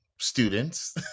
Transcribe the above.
students